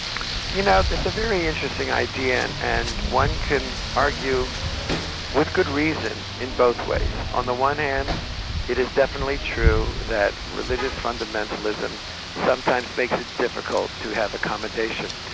you know, it's a very interesting idea and one can argue with good reason in both ways. on the one hand it is definitely true that religious fundamentalism sometimes makes it difficult to have accommodation.